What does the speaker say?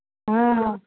हँ